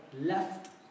left